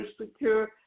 secure